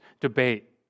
debate